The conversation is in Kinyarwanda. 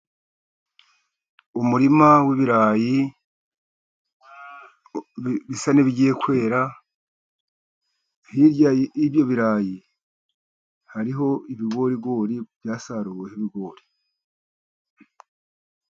Umurima w'ibirayi bisa n'ibigiye kwera, hirya y'ibyo birayi hariho ibiborigori byasaruweho ibigori.